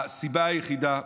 הסיבה היחידה,